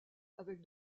avec